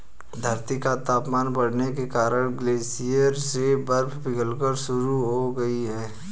धरती का तापमान बढ़ने के कारण ग्लेशियर से बर्फ पिघलना शुरू हो गयी है